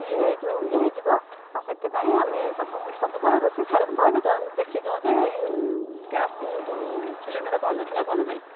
ଇଏ ଯେଉଁ ଇଏ ହେଇଯିବ ଆଉ ସେଥିପାଇଁ ଆମେ ସବୁବେଳେ ରୋଷେଇ ସାରି ମୁଁ ତ ଆଗେ ଦେଖି ଦେଉ ଯେ ଗ୍ୟାସ୍ ସିଲିଣ୍ଡର୍ ବନ୍ଦ ଅଛି ନା ବନ୍ଦ ନାହିଁ